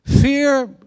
Fear